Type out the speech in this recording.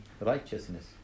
righteousness